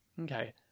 Okay